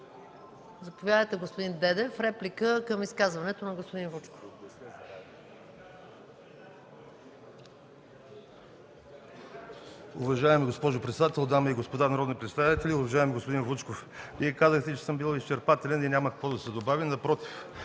Заповядайте, господин Дедев, за реплика към изказването на господин Вучков.